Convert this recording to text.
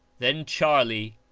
then charles,